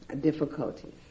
difficulties